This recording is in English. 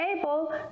able